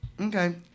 Okay